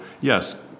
yes